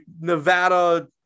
Nevada